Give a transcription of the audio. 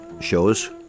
shows